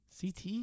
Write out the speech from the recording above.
CT